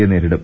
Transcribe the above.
യെ നേരിടും